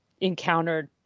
encountered